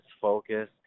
focus